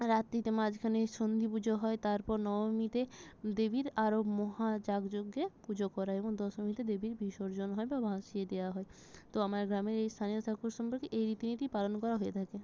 রাত্রিতে মাঝখানে সন্ধিপুজো হয় তারপর নবমীতে দেবীর আরো মহাযাগযজ্ঞে পুজো করে এবং দশমীতে দেবীর বিসর্জন হয় বা ভাসিয়ে দেওয়া হয় তো আমার গ্রামের এই স্থানীয় ঠাকুর সম্পর্কে এই রীতিনীতি পালন করা হয়ে থাকে